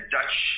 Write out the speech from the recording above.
Dutch